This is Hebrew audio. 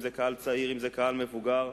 אם זה קהל צעיר או קהל מבוגר,